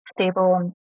stable